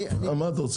מה אתה רוצה?